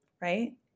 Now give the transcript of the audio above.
right